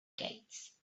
gates